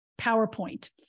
PowerPoint